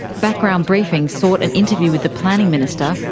background briefing sought an interview with the planning minister,